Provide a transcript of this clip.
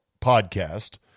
podcast